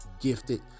gifted